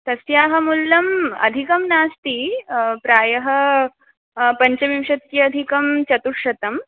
तस्याः मूल्यम् अधिकं नास्ति प्रायः पञ्चविंशत्यधिकं चतुश्शतम्